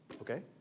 Okay